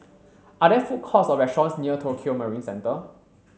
are there food courts or restaurants near Tokio Marine Centre